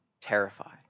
terrified